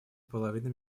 половина